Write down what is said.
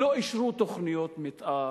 לא אישרו תוכניות מיתאר.